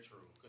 true